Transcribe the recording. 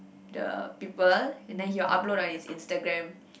the people and then he will upload on his instagram